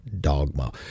dogma